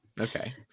Okay